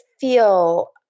feel